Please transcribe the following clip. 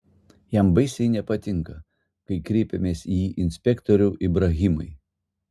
jam baisiai nepatinka kai kreipiamės į jį inspektoriau ibrahimai